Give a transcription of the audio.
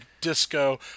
disco